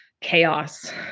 chaos